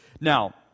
Now